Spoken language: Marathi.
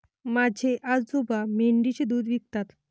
माझे आजोबा मेंढीचे दूध विकतात